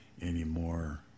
anymore